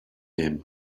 name